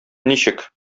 ничек